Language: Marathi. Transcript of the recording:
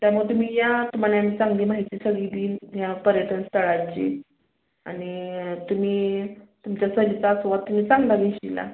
त्यामुळं तुम्ही या तुम्हला आम्ही चांगली माहिती सगळी देईन ह्या पर्यटन स्थळाची आणि तुम्ही तुमच्या